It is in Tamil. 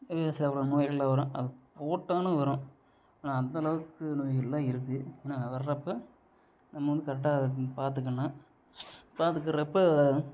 நோய்கள்லாம் வரும் அது போட்டாலும் வரும் ஏன்னா அந்தளவுக்கு நோய்கள்லாம் இருக்கு ஏன்னா வர்றப்போ நம்ம வந்து கரெக்டாக வந்து பார்த்துக்கணும் பார்த்துக்கறப்ப